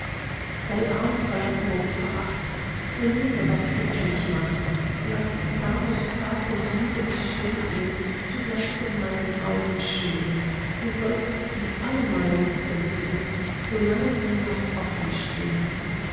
sei arm verlassen und veracht verliere was gefällig macht laß zahn und farb und jugend schwinden du bleibst in meinen augen schön und sollst sie allemal entzünden solange sie noch offen stehn